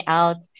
out